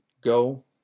go